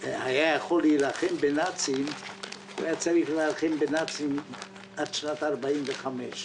הוא שהוא היה צריך להילחם בנאצים עד שנת 1945,